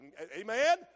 amen